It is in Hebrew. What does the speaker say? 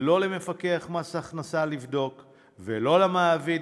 לא למפקח מס הכנסה ולא למעביד,